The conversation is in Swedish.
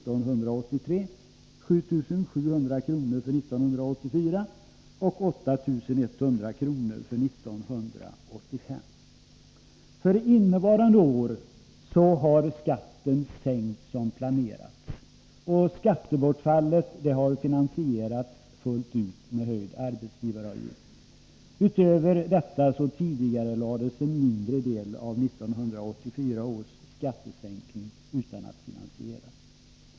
För innevarande år har skatten sänkts, som planerats, och skattebortfallet finansierats fullt ut genom höjd arbetsgivaravgift. Utöver detta tidigarelades en mindre del av 1984 års skattesänkning utan att finansieras.